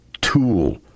tool